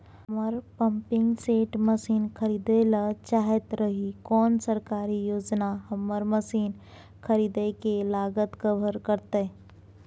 हम pumping set machine खरीदैय ल चाहैत रही कोन सरकारी योजना हमर मसीन खरीदय के लागत कवर करतय?